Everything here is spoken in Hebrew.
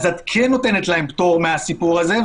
אז את כן נותנת להם פטור מהסיפור הזה,